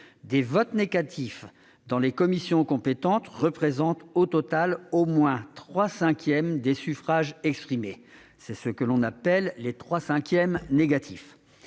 des votes négatifs dans les commissions compétentes représente, au total, au moins trois cinquièmes des suffrages exprimés. C'est ce que nous appelons les « trois cinquièmes négatifs